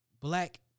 black